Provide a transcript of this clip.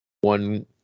One